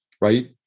right